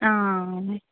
ఆ